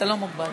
תראו,